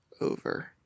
Over